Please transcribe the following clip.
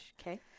Okay